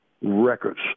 records